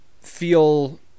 feel